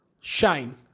Shine